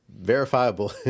verifiable